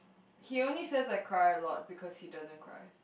he only says I cry a lot because he doesn't cry